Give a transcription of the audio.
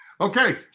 Okay